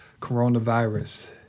coronavirus